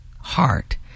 heart